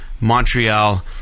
Montreal